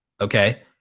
Okay